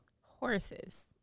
horses